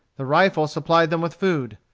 the rifle supplied them with food.